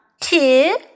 two